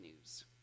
news